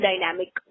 dynamic